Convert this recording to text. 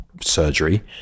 Surgery